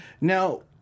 Now